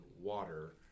water